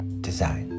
design